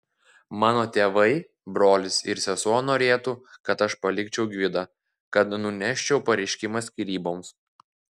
mano tėvai brolis ir sesuo norėtų kad aš palikčiau gvidą kad nuneščiau pareiškimą skyryboms